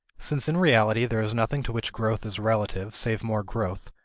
since in reality there is nothing to which growth is relative save more growth,